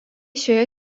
šioje